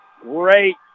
Great